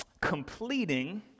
completing